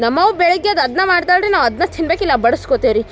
ನಮ್ಮ ಅವ್ವ ಬೆಳಿಗ್ಗೆ ಎದ್ದು ಅದ್ನೇ ಮಾಡ್ತಾಳೆ ರೀ ನಾವು ಅದ್ನೇ ತಿನ್ಬೇಕು ಇಲ್ಲ ಬಡಿಸ್ಕೋತೇವ್ ರೀ